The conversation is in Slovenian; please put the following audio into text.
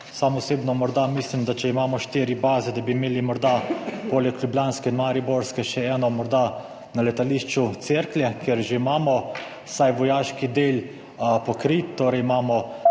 morda mislim, da če imamo štiri baze, da bi imeli morda poleg ljubljanske in mariborske še eno, morda na letališču Cerklje, kjer že imamo vsaj vojaški del pokrit, torej imamo